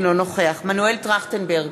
אינו נוכח מנואל טרכטנברג,